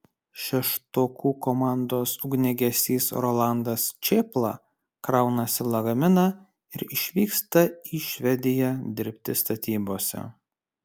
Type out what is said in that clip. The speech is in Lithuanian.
šeštokų komandos ugniagesys rolandas čėpla kraunasi lagaminą ir išvyksta į švediją dirbti statybose